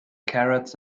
carrots